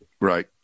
Right